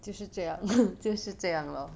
就是这样 ha 就是这样 lor